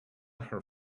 her